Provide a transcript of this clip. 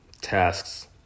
tasks